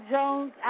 Jones